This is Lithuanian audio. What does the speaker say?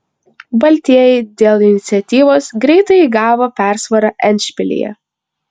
baltieji dėl iniciatyvos greitai įgavo persvarą endšpilyje